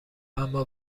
اما